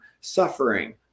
suffering